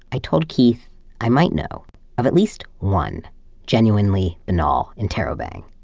i told keith i might now of at least one genuinely, banal interrobang.